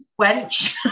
wench